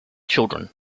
children